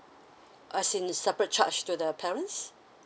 as in separate charge to the parents